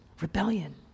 rebellion